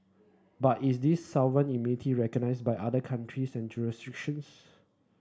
but is this sovereign immunity recognised by other countries and jurisdictions